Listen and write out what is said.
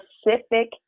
specific